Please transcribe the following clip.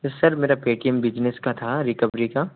sir मेरा Paytm business का था रिकवरी का